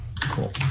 Cool